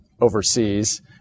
overseas